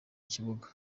kibuga